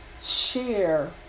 share